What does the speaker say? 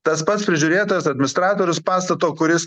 tas pats prižiūrėtojas administratorius pastato kuris